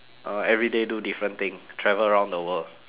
uh everyday do different thing travel around the world